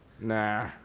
Nah